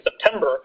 September